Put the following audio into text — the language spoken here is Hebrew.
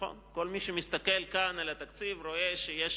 נכון שכל מי שמסתכל כאן בתקציב רואה שיש